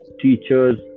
Teachers